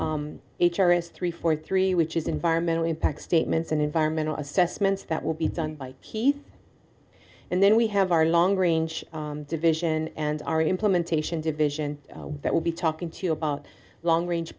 that h r s three four three which is environmental impact statements and environmental assessments that will be done by heath and then we have our long range division and our implementation division that will be talking to you about long range